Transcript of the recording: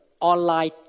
online